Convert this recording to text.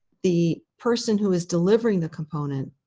the person who is delivering the component.